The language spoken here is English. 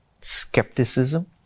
skepticism